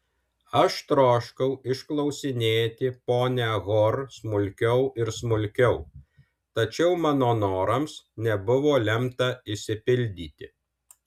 aš troškau išklausinėti ponią hor smulkiau ir smulkiau tačiau mano norams nebuvo lemta išsipildyti